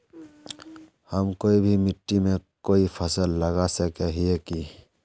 हम कोई भी मिट्टी में कोई फसल लगा सके हिये की?